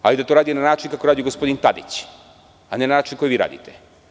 Hajde da to radi na način kako to radi gospodin Tadić, a ne na način na koji vi radite.